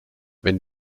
wenn